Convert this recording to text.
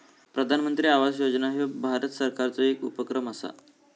प्रधानमंत्री आवास योजना ह्यो भारत सरकारचो येक उपक्रम असा